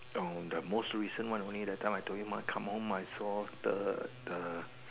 oh the most recent one only that time I told you mah come home I saw the the